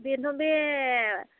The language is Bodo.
बेनोथ' बे